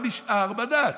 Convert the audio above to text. הוא נשאר בדת.